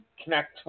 connect